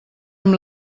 amb